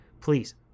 please